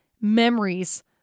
memories